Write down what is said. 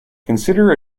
consider